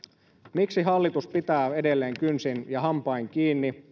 miksi hallitus pitää edelleen kynsin ja hampain kiinni